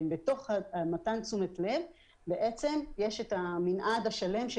בתוך מתן תשומת הלב יש את המנעד השלם של